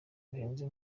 bihenze